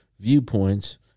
viewpoints